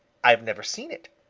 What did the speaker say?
i've never seen it,